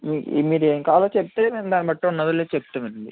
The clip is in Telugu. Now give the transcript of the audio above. మీ మీరు ఏం కావాలో చెప్తే మేం దాని బట్టి ఉన్నాదో లేదో చెప్తామండి